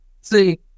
See